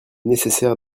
nécessaire